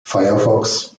firefox